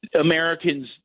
Americans